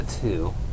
two